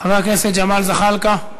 חבר הכנסת ג'מאל זחאלקה,